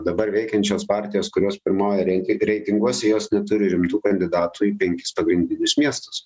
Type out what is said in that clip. dabar veikiančios partijos kurios pirmauja reitinguose reitinguose jos neturi rimtų kandidatų į penkis pagrindinius miestus